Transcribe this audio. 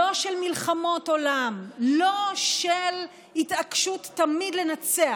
לא של מלחמות עולם, לא של התעקשות תמיד לנצח.